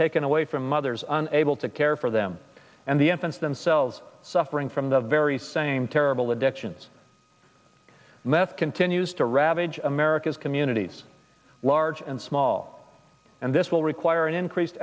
taken away from mothers unable to care for them and the infants themselves suffering from the very same terrible addictions mess continues to ravage america's communities large and small and this will require an increased